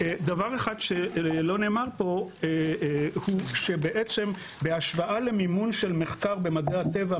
דבר אחד שלא נאמר פה הוא שבהשוואה למימון של מחקר במדעי הטבע,